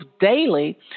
daily